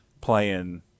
playing